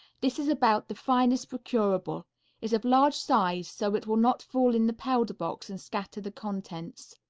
this is about the finest procurable is of large size, so it will not fall in the powder box and scatter the contents.